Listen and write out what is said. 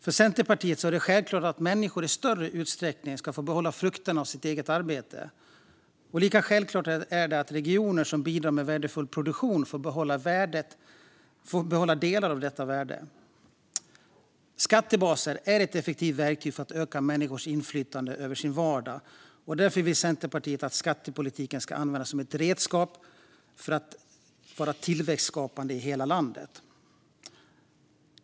För Centerpartiet är det självklart att människor i större utsträckning ska få behålla frukterna av sitt eget arbete. Lika självklart är det att regioner som bidrar med värdefull produktion får behålla delar av detta värde. Skattebaser är ett effektivt verktyg för att öka människors inflytande över sin vardag, och därför vill Centerpartiet att skattepolitiken ska användas som redskap för tillväxtskapande i hela landet.